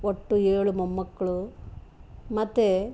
ಒಟ್ಟು ಏಳು ಮೊಮ್ಮಕ್ಕಳು ಮತ್ತು